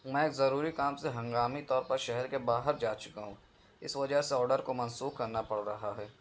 میں ضروری کام سے ہنگامی طور پر شہر کے باہر جا چکا ہوں اس وجہ سے آڈر کو منسوخ کرنا پڑ رہا ہے